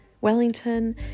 Wellington